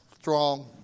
strong